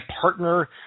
partner